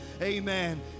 amen